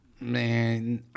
man